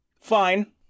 Fine